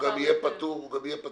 גם יהיה פטור?